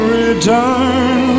return